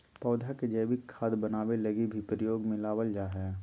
पौधा के जैविक खाद बनाबै लगी भी प्रयोग में लबाल जा हइ